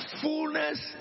fullness